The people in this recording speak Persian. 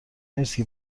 مرسی